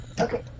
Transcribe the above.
Okay